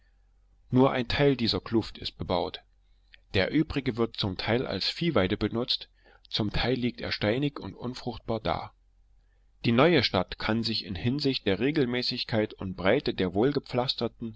nur ein teil dieser kluft ist bebaut der übrige wird zum teil als viehweide benutzt zum teil liegt er steinig und unfruchtbar da die neue stadt kann sich in hinsicht der regelmäßigkeit und breite der